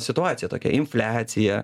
situacija tokia infliacija